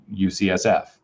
UCSF